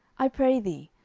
i pray thee,